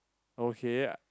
okay